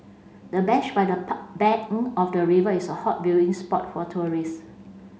the bench by the bank of the river is a hot viewing spot for tourists